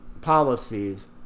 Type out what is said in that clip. policies